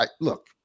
look